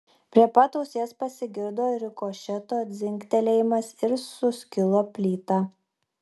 prie pat ausies pasigirdo rikošeto dzingtelėjimas ir suskilo plyta